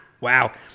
Wow